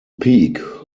peak